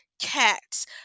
Cats